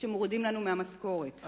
שמורידים לנו מהמשכורת.